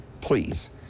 Please